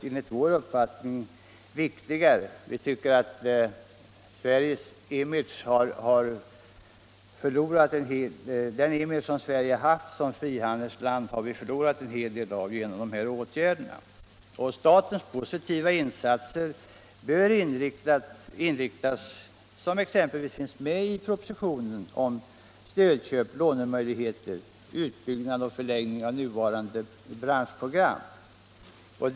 Enligt vår uppfattning hade det varit viktigare. Sveriges image som frihandelsland har vi förlorat en hel del av genom denna åtgärd. Statens positiva insatser bör inriktas på stödköp, lånemöjligheter, utbyggnad och förlängning av nuvarande branschprogram och liknande som finns med i propositionen.